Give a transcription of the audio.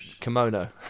kimono